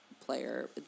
player